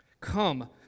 Come